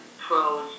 pros